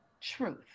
truth